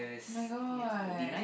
oh-my-god